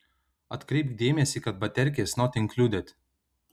atkreipk dėmesį kad baterkės not inkluded